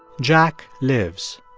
jack lives.